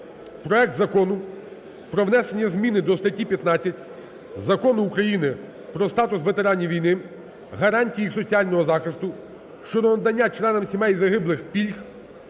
проект Закону про внесення змін до статті 15 Закону України "Про статус ветеранів війни, гарантії їх соціального захисту" щодо надання членам сімей загиблих пільг